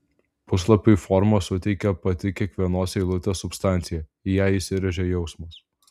puslapiui formą suteikė pati kiekvienos eilutės substancija į ją įsirėžė jausmas